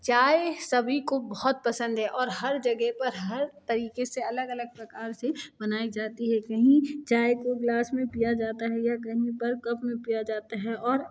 चाय सभी को बहुत पसंद है और हर जगह पर हर तरीके से अलग अलग प्रकार से बनाई जाती है कहीं चाय को ग्लास में पीया जाता है या कहीं पर कप में पीया जाता है और